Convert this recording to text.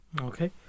Okay